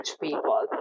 people